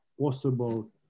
possible